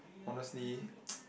honestly